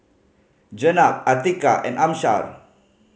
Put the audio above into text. Jenab Atiqah and Amsyar